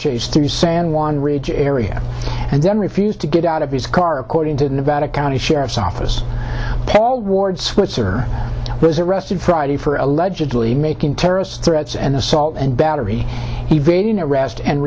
chase through san juan ridge area and then refused to get out of his car according to nevada county sheriff's office paul ward switzer was arrested friday for allegedly making terrorist threats and assault and battery evading arrest and